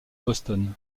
boston